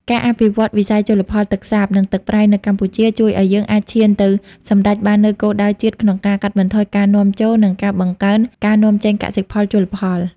ការអភិវឌ្ឍវិស័យជលផលទឹកសាប និងទឹកប្រៃនៅកម្ពុជា ជួយឱ្យយើងអាចឈានទៅសម្រេចបាននូវគោលដៅជាតិក្នុងការកាត់បន្ថយការនាំចូល និងការបង្កើនការនាំចេញកសិផលជលផល។